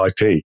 IP